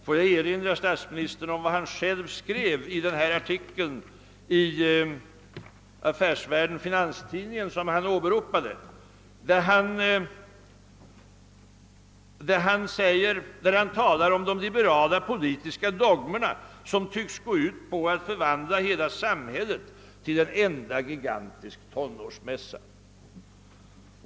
Låt mig erinra statsministern om vad han själv skrev i den artikel i Affärsvärlden-Finanstidningen som han själv åberopade. Han framhöll där att de liberala politiska dogmerna går ut på att förvandla hela samhället till en enda gigantisk tonårsmässa.